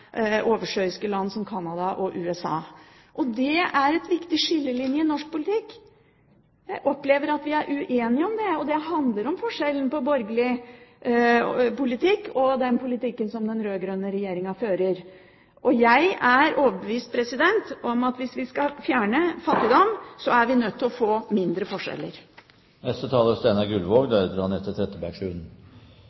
land som Canada og USA. Det er en viktig skillelinje i norsk politikk. Jeg opplever at vi er uenige om det. Det handler om forskjellen på borgerlig politikk og den politikken som den rød-grønne regjeringen fører. Jeg er overbevist om at hvis vi skal fjerne fattigdom, er vi nødt til å få mindre forskjeller.